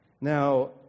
Now